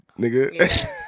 Nigga